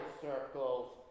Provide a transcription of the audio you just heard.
circles